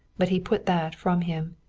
but he put that from him.